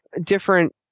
different